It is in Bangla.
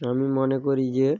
আমি মনে করি যে